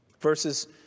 Verses